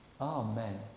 Amen